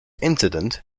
incident